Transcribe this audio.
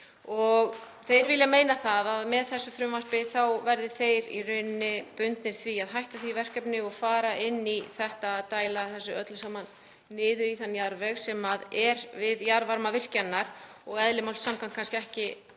Þeir vilja meina að með þessu frumvarpi þá verði þeir í rauninni bundnir því að hætta því verkefni og fara inn í það að dæla þessu öllu saman niður í þann jarðveg sem er við jarðvarmavirkjanirnar. Eðli máls samkvæmt er kannski ekki